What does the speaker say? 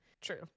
True